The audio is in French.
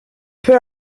peu